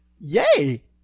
Yay